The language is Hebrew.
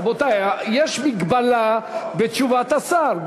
רבותי, יש מגבלה בתשובת השר.